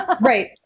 Right